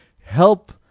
help